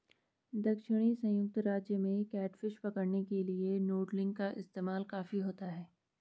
दक्षिणी संयुक्त राज्य में कैटफिश पकड़ने के लिए नूडलिंग का इस्तेमाल काफी होता है